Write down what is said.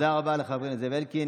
תודה רבה לך, חבר הכנסת זאב אלקין.